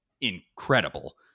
incredible